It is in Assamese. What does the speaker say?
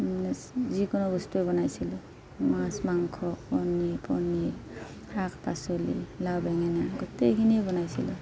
যিকোনো বস্তু বনাইছিলোঁ মাছ মাংস কণী পনিৰ শাক পাচলি লাও বেঙেনা গোটেইখিনি বনাইছিলোঁ